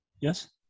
yes